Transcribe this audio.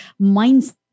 mindset